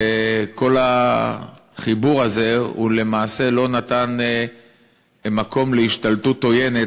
כל החיבור הזה למעשה נתן מקום להשתלטות עוינת